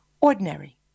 ordinary